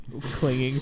clinging